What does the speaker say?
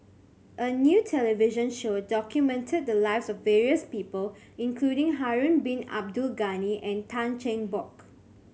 a new television show documented the lives of various people including Harun Bin Abdul Ghani and Tan Cheng Bock